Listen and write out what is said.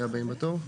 מי הבאים בתור?